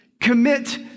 commit